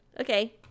Okay